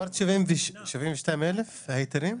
אמרת 72,000 היתרים?